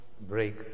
break